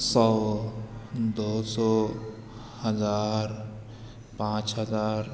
سو دو سو ہزار پانچ ہزار